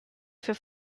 für